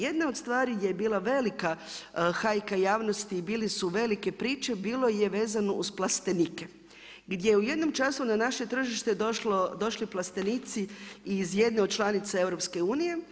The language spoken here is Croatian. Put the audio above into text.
Jedna od stvari je bila velika hajka javnosti i bile su velike priče, bilo je vezano uz plastenike, gdje je u jednom času na naše tržište došli plastenici iz jedne od članica EU.